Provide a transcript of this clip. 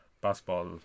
basketball